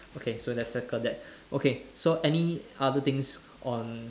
okay so let's circle that okay so any other things on